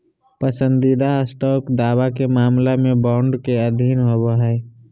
पसंदीदा स्टॉक दावा के मामला में बॉन्ड के अधीन होबो हइ